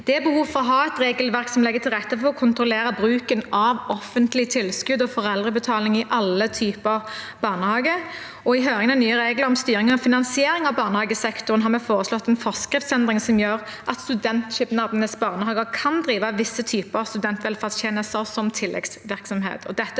Det er behov for å ha et regelverk som legger til rette for å kontrollere bruken av offentlige tilskudd og foreldrebetaling i alle typer barnehager, og i høringen av nye regler om styring og finansiering av barnehagesektoren har vi foreslått en forskriftsendring som gjør at studentsamskipnadenes barnehager kan drive visse typer studentvelferdstjenester som tilleggsvirksomhet.